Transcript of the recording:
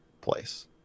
place